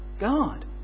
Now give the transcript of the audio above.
God